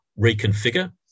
reconfigure